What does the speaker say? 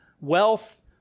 wealth